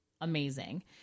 amazing